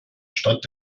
stadt